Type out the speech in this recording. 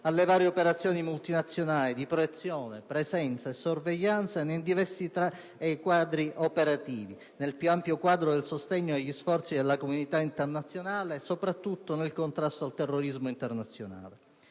alle varie operazioni multinazionali, di proiezione, presenza e sorveglianza nei diversi teatri operativi, nel più ampio quadro del sostegno agli sforzi della comunità internazionale, soprattutto nel contrasto al terrorismo internazionale.